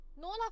No